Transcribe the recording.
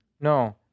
No